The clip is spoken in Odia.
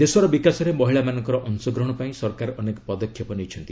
ଦେଶର ବିକାଶରେ ମହିଳାମାନଙ୍କର ଅଂଶଗ୍ରହଣ ପାଇଁ ସରକାର ଅନେକ ପଦକ୍ଷେପ ନେଇଛନ୍ତି